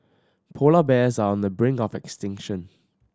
polar bears are on the brink of extinction